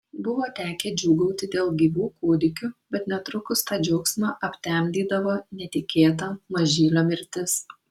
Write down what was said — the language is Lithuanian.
buvo tekę džiūgauti dėl gyvų kūdikių bet netrukus tą džiaugsmą aptemdydavo netikėta mažylio mirtis